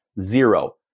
zero